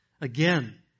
Again